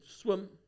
swim